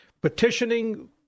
petitioning